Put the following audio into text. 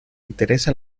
interesa